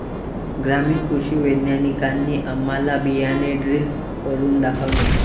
ग्रामीण कृषी वैज्ञानिकांनी आम्हाला बियाणे ड्रिल करून दाखवले